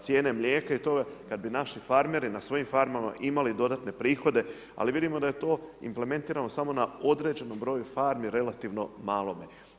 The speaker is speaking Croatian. cijene mlijeka i tome, kada bi naši farmeri, na svojim farmama, imali dodatne prihode, ali vidimo da je to implementirano samo na određenom broju farmi, relativno malome.